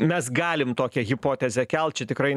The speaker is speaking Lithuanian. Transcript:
mes galim tokią hipotezę kelt čia tikrai